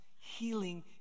healing